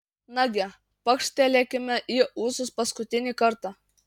nagi pakštelėkime į ūsus paskutinį kartą